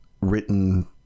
written